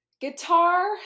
Guitar